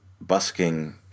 busking